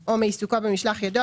או מעיסוקו במשלח ידו,